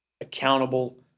accountable